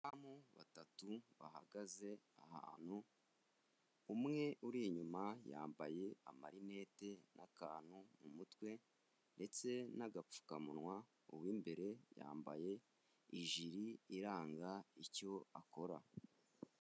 Abadamu batatu bahagaze ahantu, umwe uri inyuma yambaye amarinete n'akantu mu mutwe ndetse n'agapfukamunwa, uw'imbere yambaye ijiri iranga icyo akora.